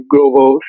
Global